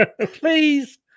Please